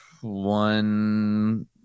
one